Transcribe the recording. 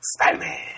Spider-Man